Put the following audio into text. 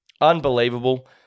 unbelievable